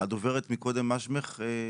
הדוברת מקודם, מה שמך?